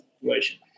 situation